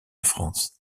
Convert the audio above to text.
france